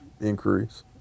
increase